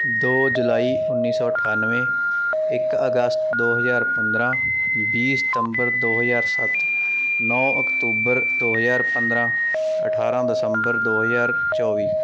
ਦੋ ਜੁਲਾਈ ਉੱਨੀ ਸੌ ਅਠਾਨਵੇਂ ਇੱਕ ਅਗਸਤ ਦੋ ਹਜ਼ਾਰ ਪੰਦਰਾਂ ਵੀਹ ਸਤੰਬਰ ਦੋ ਹਜ਼ਾਰ ਸੱਤ ਨੌਂ ਅਕਤੂਬਰ ਦੋ ਹਜ਼ਾਰ ਪੰਦਰਾਂ ਅਠਾਰਾਂ ਦਸੰਬਰ ਦੋ ਹਜ਼ਾਰ ਚੌਵੀ